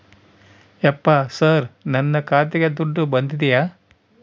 ಯಪ್ಪ ಸರ್ ನನ್ನ ಖಾತೆಗೆ ದುಡ್ಡು ಬಂದಿದೆಯ?